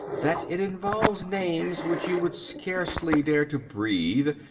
that it involves names which you would scarcely dare to breathe,